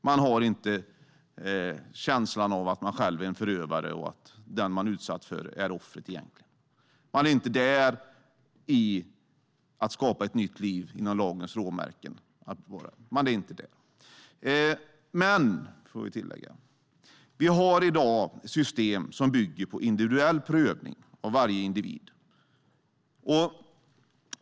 Man har inte känslan av att man själv är en förövare och att den som man har utsatt för ett brott egentligen är offret. Man klarar ännu inte att skapa ett nytt liv inom lagens råmärken. Men, får vi tillägga, vi har i dag system som bygger på individuell prövning av varje individ.